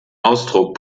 ausdruck